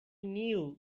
knew